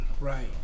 Right